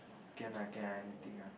can ah can I anything lah